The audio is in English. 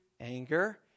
anger